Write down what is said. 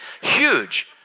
huge